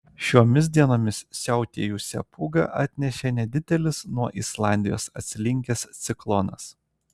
šiomis dienomis siautėjusią pūgą atnešė nedidelis nuo islandijos atslinkęs ciklonas